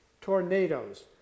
tornadoes